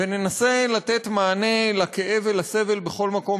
וננסה לתת מענה לכאב ולסבל בכל מקום